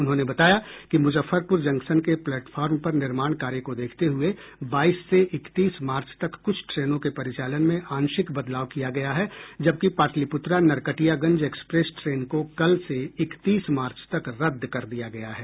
उन्होंने बताया कि मुजफ्फरपुर जंक्शन के प्लेटफार्म पर निर्माण कार्य को देखते हुये बाईस से इकतीस मार्च तक कुछ ट्रेनों के परिचालन में आंशिक बदलाव किया गया है जबकि पाटलिपुत्रा नरकटियागंज एक्सप्रेस ट्रेन को कल से इकतीस मार्च तक रद्द कर दिया गया है